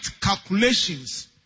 calculations